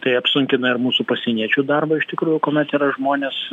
tai apsunkina ir mūsų pasieniečių darbą iš tikrųjų kuomet yra žmonės